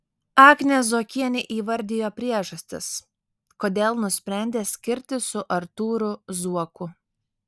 agnė zuokienė įvardijo priežastis kodėl nusprendė skirtis su artūru zuoku